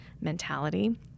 mentality